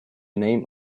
name